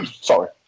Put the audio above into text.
Sorry